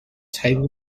table